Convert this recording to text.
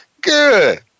Good